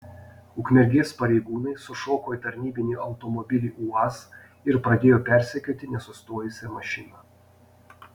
ukmergės pareigūnai sušoko į tarnybinį automobilį uaz ir pradėjo persekioti nesustojusią mašiną